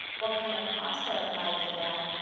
what kind of costs are applied to that,